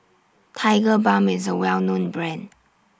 Tigerbalm IS A Well known Brand